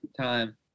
time